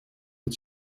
het